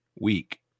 week